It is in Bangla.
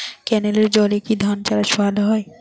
ক্যেনেলের জলে কি ধানচাষ ভালো হয়?